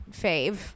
fave